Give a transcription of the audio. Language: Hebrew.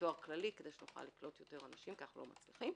לתואר כללי כדי שנוכל לקלוט יותר אנשים כי אנחנו לא מצליחים,